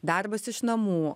darbas iš namų